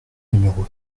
numéro